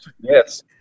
Yes